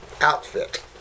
outfit